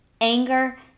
anger